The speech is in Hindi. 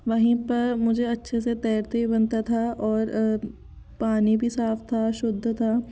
वही पर मुझे अच्छे से तैरते ही बनता था और पानी भी साफ था शुद्ध था